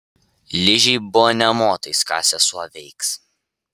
ližei buvo nė motais ką sesuo veiks